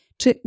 czy